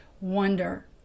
wonder